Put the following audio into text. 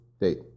date